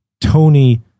Tony